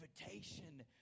invitation